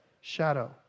shadow